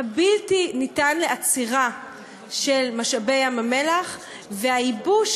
הבלתי-ניתן-לעצירה של משאבי ים-המלח והייבוש